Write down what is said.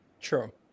true